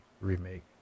remake